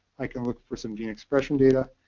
i can look for some gene expression data.